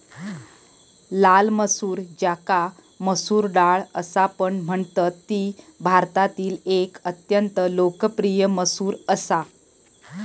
लाल मसूर ज्याका मसूर डाळ असापण म्हणतत ती भारतातील एक अत्यंत लोकप्रिय मसूर असा